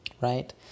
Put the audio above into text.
right